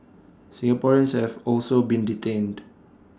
Singaporeans have also been detained